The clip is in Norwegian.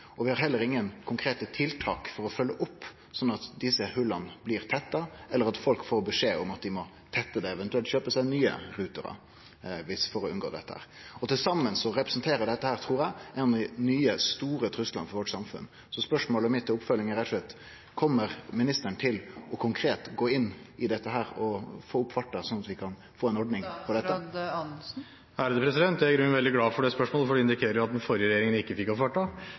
og vi har heller ingen konkrete tiltak for å følgje opp slik at desse hola blir tetta, eller at folk får beskjed om at dei må tette dei, eventuelt kjøpe seg ny router for å unngå dette. Til saman representerer dette, trur eg, ein av dei nye store truslane for samfunnet vårt. Spørsmålet mitt til oppfølging er rett og slett: Kjem ministeren til konkret å gå inn i dette og få opp farten, slik at vi kan få ei ordning på dette? Jeg er i grunnen veldig glad for det spørsmålet, for det indikerer at